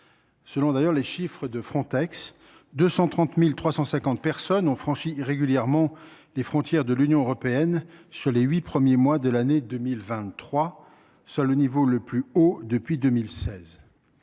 Selon les chiffres de l’agence Frontex, 232 350 personnes ont franchi irrégulièrement les frontières de l’Union européenne au cours des huit premiers mois de l’année 2023 ; c’est le niveau le plus élevé depuis 2016.